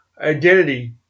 identity